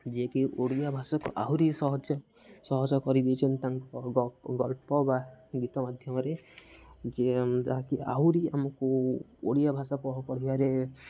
ଯିଏକି ଓଡ଼ିଆ ଭାଷାକୁ ଆହୁରି ସହଜ ସହଜ କରିଦେଇଚନ୍ତି ତାଙ୍କ ଗଳ୍ପ ବା ଗୀତ ମାଧ୍ୟମରେ ଯେ ଯାହାକି ଆହୁରି ଆମକୁ ଓଡ଼ିଆ ଭାଷା ପଢ଼ିବାରେ